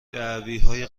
دعویهای